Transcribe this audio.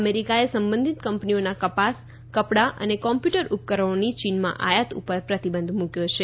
અમેરિકાએ સંબંધિત કંપનીઓના કપાસ કપડા અને કમ્પ્યુટર ઉપકરણોની ચીનમાં આયાત ઉપર પ્રતિબંધ મૂક્યો છે